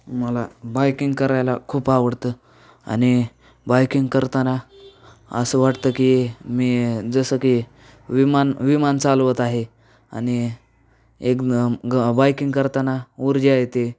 मला बायकिंग करायला खूप आवडतं आणि बायकिंग करताना असं वाटतं की मी जसं की विमान विमान चालवत आहे आणि एक न ग बायकिंग करताना ऊर्जा येते